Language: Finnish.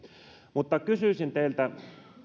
kysyisin teiltä